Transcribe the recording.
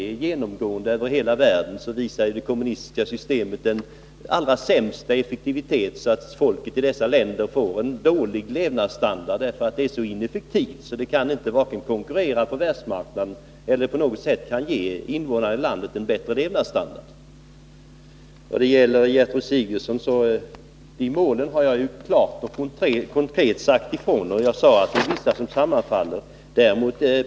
Det är genomgående över hela världen så, att det kommunistiska systemet visar den allra sämsta effektivitet. Folket i kommunistiska länder får en dålig levnadsstandard på grund av att systemet är så ineffektivt. Dessa länder kan varken konkurrera på världsmarknaden eller på något sätt ge invånarna i landet bättre levnadsstandard. Till Gertrud Sigurdsen vill jag säga att jag klart och konkret har sagt ifrån att vissa av målen sammanfaller.